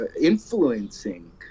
influencing